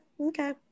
Okay